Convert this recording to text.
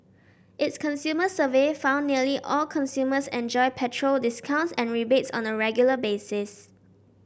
its consumer survey found nearly all consumers enjoy petrol discounts and rebates on a regular basis